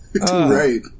Right